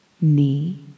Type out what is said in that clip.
knee